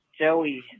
joey